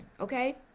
Okay